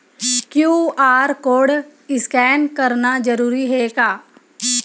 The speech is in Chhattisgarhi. क्यू.आर कोर्ड स्कैन करना जरूरी हे का?